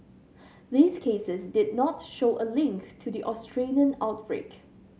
these cases did not show a link to the Australian outbreak